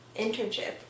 internship